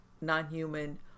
non-human